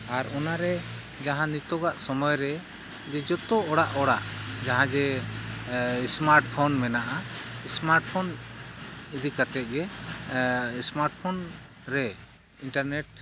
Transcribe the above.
ᱟᱨ ᱚᱱᱟᱨᱮ ᱡᱟᱦᱟᱸ ᱱᱤᱛᱳᱜᱟᱜ ᱥᱚᱢᱚᱭᱨᱮ ᱡᱮ ᱡᱚᱛᱚ ᱚᱲᱟᱜ ᱚᱲᱟᱜ ᱡᱟᱦᱟᱸ ᱡᱮ ᱥᱢᱟᱨᱴᱯᱷᱳᱱ ᱢᱮᱱᱟᱜᱼᱟ ᱥᱢᱟᱨᱴᱯᱷᱳᱱ ᱤᱫᱤ ᱠᱟᱛᱮᱜᱮ ᱥᱢᱟᱨᱴᱯᱷᱳᱱ ᱨᱮ ᱤᱱᱴᱟᱨᱱᱮᱴ